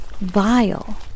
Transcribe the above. vile